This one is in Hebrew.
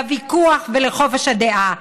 לוויכוח ולחופש הדעה,